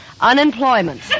unemployment